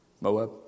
Moab